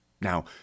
Now